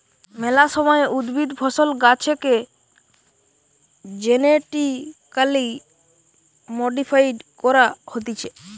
মেলা সময় উদ্ভিদ, ফসল, গাছেকে জেনেটিক্যালি মডিফাইড করা হতিছে